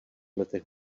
letech